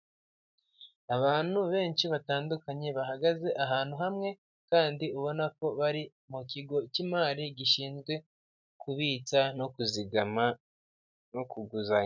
Abantu benshi batandukanye bahagaze ahantu hamwe, kandi ubona ko bari mu kigo k'imari gishinzwe kubitsa no kuzigama no ku kuguzanya.